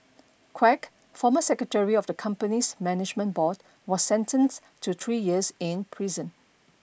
Quek former secretary of the company's management board was sentenced to three years in prison